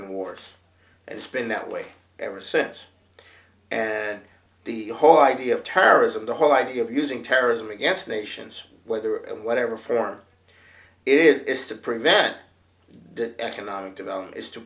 in wars it's been that way ever since and the whole idea of terrorism the whole idea of using terrorism against nations whether and whatever form it's to prevent economic development is to